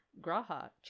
Graha